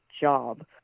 job